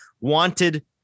wanted